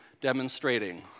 demonstrating